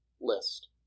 list